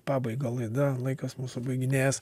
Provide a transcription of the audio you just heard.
pabaigą laida laikas mūsų baiginėjas